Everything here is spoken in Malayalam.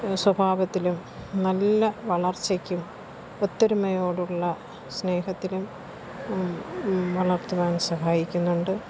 സ്വഭാവത്തിലും നല്ല വളർച്ചയ്ക്കും ഒത്തൊരുമയോടുള്ള സ്നേഹത്തിലും വളർത്തുവാൻ സഹായിക്കുന്നുണ്ട്